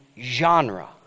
genre